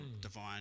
divine